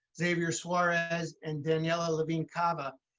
xavier suarez and daniella levine cava.